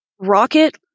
Rocket